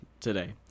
today